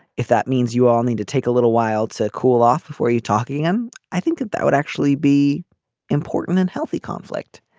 if that means you all need to take a little while to cool off before you talking them. i think that that would actually be important in healthy conflict